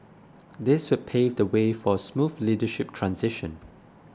this would pave the way for a smooth leadership transition